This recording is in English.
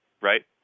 right